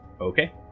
Okay